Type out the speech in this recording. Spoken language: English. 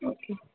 okay